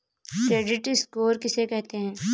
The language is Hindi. क्रेडिट स्कोर किसे कहते हैं?